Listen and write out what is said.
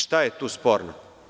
Šta je tu sporno?